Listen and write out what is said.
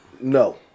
No